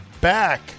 Back